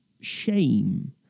shame